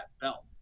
belt